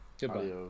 Goodbye